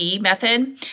method